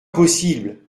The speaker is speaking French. possible